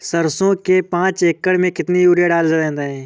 सरसो के पाँच एकड़ में कितनी यूरिया डालें बताएं?